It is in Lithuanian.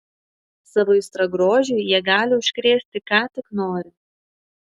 savo aistra grožiui jie gali užkrėsti ką tik nori